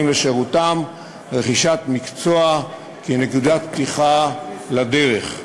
לשירותם רכישת מקצוע כנקודת פתיחה לדרך.